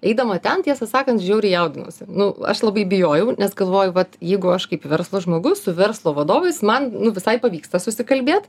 eidama ten tiesą sakant žiauriai jaudinausi nu aš labai bijojau nes galvoju vat jeigu aš kaip verslo žmogus su verslo vadovais man nu visai pavyksta susikalbėt